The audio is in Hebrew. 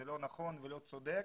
זה לא נכון ולא צודק,